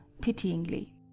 pityingly